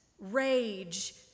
rage